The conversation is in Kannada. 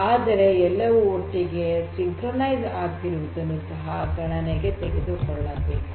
ಆದರೆ ಎಲ್ಲವೂ ಒಟ್ಟಿಗೆ ಸಿನ್ಕ್ರೋನೈಜ್ ಆಗಿರುವುದನ್ನು ಸಹ ಗಣನೆಗೆ ತೆಗೆದುಕೊಳ್ಳಬೇಕು